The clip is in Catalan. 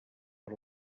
per